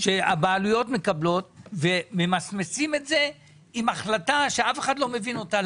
שהבעלויות מקבלות וממסמסים את זה עם החלטה שאף אחד לא מבין אותה.